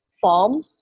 form